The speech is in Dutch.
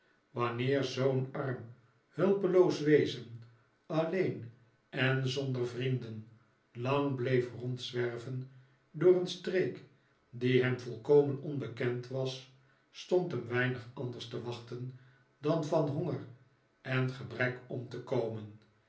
wanneer zoo'n arm hulpeloos wezen alleen en zonder vrienden lang bleef rondzwerven door een streek die hem volkomen onbekend was stond hem weinig anders te wachten dan van honger en gebrek om te komen